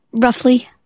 Roughly